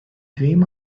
dream